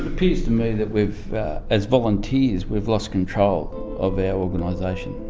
it appears to me that we've as volunteers we've lost control of our organisation,